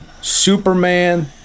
Superman